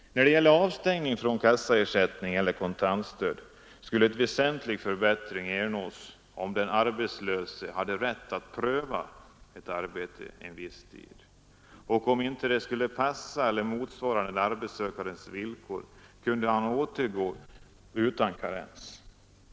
När det gäller avstängning från kassaersättning eller kontantstöd skulle en väsentlig förbättring ernås, om den arbetslöse hade rätt att pröva ett arbete under viss tid. Om arbetet inte skulle passa eller motsvara den arbetssökandes villkor, kunde han återgå utan karens.